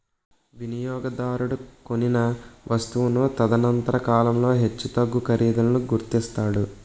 వినియోగదారుడు కొనిన వస్తువును తదనంతర కాలంలో హెచ్చుతగ్గు ఖరీదులను గుర్తిస్తాడు